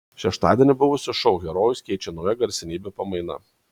šeštadienį buvusius šou herojus keičia nauja garsenybių pamaina